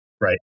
Right